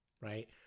right